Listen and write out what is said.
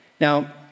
Now